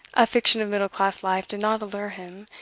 a fiction of middle-class life did not allure him,